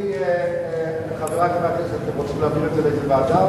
אני פונה לחברי חברי הכנסת: אתם רוצים להעביר את זה לאיזו ועדה,